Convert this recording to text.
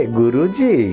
guruji